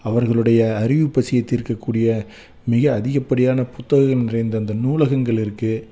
அவர்களுடைய அறிவு பசியை தீர்க்கக்கூடிய மிக அதிகப்படியான புத்தகம் நிறைந்த இந்த நூலகங்கள் இருக்கு